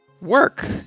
work